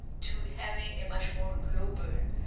to having a much more global,